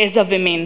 גזע ומין.